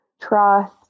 trust